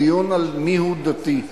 הדיון על מיהו דתי.